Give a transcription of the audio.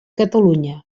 catalunya